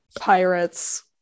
Pirates